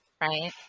right